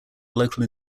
local